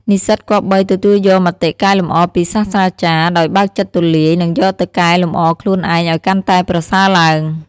និស្សិតគប្បី ទទួលយកមតិកែលម្អពីសាស្រ្តាចារ្យដោយបើកចិត្តទូលាយ និងយកទៅកែលម្អខ្លួនឯងឱ្យកាន់តែប្រសើរឡើង។